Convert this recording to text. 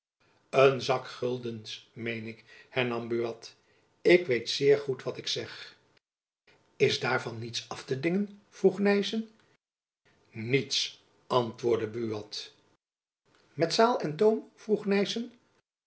een zak guldens meen ik hernam buat ik weet zeer goed wat ik zeg is daarvan niets af te dingen vroeg nyssen niets antwoordde buat met zaêl en toom vroeg nyssen